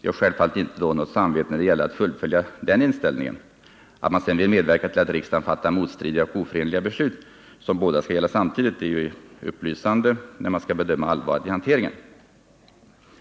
De har självfallet inte något samvete när det gäller att fullfölja den inställningen. Att de sedan vill medverka till att riksdagen fattar motstridiga och oförenliga beslut — som båda skall gälla samtidigt — är ju upplysande när man skall bedöma ansvaret i hanteringen.